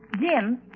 Jim